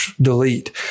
Delete